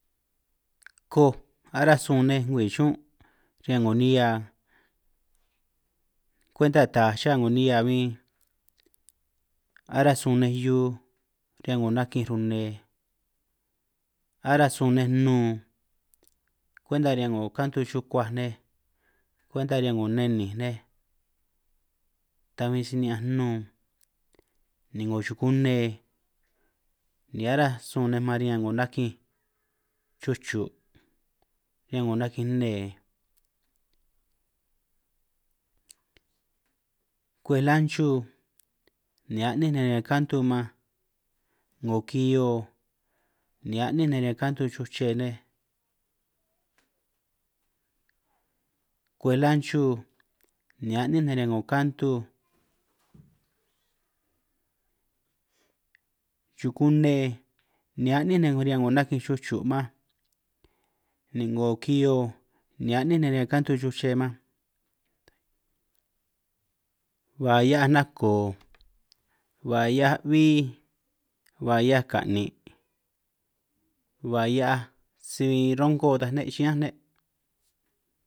Koj aránj sun nej ngwi chiñún' riñan 'ngo nihia kwenta taj cha 'ngo nihia bin, aranj sun nej hiu riñan 'ngo nakinj rune, aranj sun nej nnun kwuenta riñan 'ngo kantu chukuaj nej kwenta riñan nnenij nej, ta bin si ni'ñanj nnun ni 'ngo chukune ni aranj sun nej man riñan 'ngo nakinj chucho' riñan 'ngo nakinj nne, kuej lanchu ni a'nin nej riñan kantu man 'ngo kihio ni a'nin nej riñan kantu chuche nej, kuej lanchu ni a'nin ninj riñan 'ngo kantu, chukune ni a'nin nej riñan 'ngo nakinj chucho' man, ni 'ngo kihio ni a'nin ninj riñan kantu chuche man. ba hia'aj nako, ba hia'aj bbi, ba hia'aj ka'nin', ba hia'aj si bin rrongo taj ne' chiñán ne'.